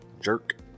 Jerk